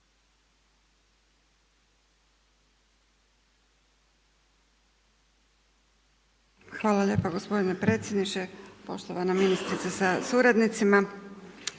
Hvala lijepa gospodine predsjedniče, poštovana ministrice sa suradnicima.